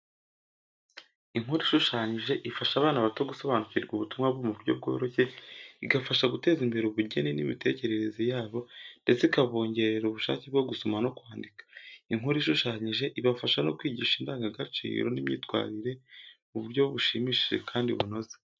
Inkuru ishushanyije ifasha abana bato gusobanukirwa ubutumwa mu buryo byoroshye, igafasha guteza imbere ubugeni n’imitekerereze yabo ndetse ikabongerera ubushake bwo gusoma no kwandika. Inkuru ishushanyije ibafasha no kwigisha indangagaciro n’imyitwarire mu buryo bushimishije kandi bunoze.